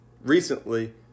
recently